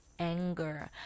anger